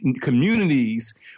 communities